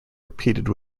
repeated